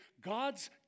God's